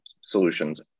solutions